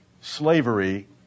slavery